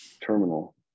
terminal